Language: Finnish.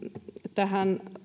tähän